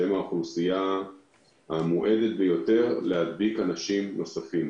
שהם האוכלוסייה המועדת ביותר להיות חולה ולהדביק אנשים נוספים.